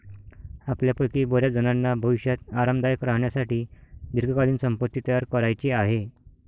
आपल्यापैकी बर्याचजणांना भविष्यात आरामदायक राहण्यासाठी दीर्घकालीन संपत्ती तयार करायची आहे